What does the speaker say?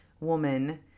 woman